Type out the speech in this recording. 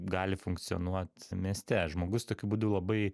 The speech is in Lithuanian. gali funkcionuot mieste žmogus tokiu būdu labai